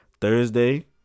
Thursday